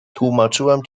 tłumaczyłam